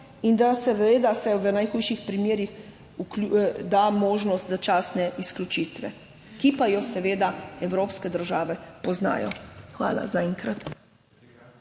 In da seveda se v najhujših primerih da možnost začasne izključitve, ki pa jo seveda evropske države poznajo. Hvala zaenkrat.